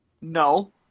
No